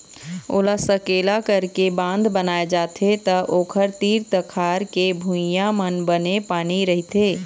ओला सकेला करके बांध बनाए जाथे त ओखर तीर तखार के भुइंया म बने पानी रहिथे